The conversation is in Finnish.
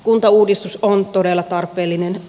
kuntauudistus on todella tarpeellinen